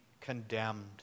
condemned